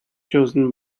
chosen